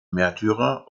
märtyrer